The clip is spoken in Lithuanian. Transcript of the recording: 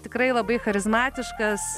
tikrai labai charizmatiškas